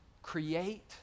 Create